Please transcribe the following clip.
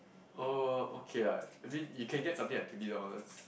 oh okay lah maybe you can get something like twenty dollars